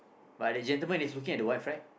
but the gentleman is looking at the wife right